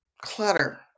clutter